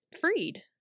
Freed